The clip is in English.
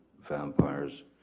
vampires